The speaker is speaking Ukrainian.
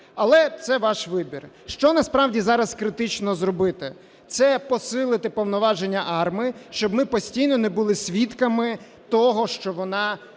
Але це ваш вибір. Що насправді зараз критично зробити? Це посилити повноваження АРМА, щоб ми постійно не були свідками того, що воно